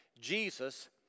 Jesus